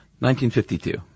1952